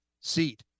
seat